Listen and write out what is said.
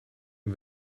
een